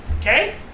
Okay